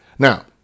Now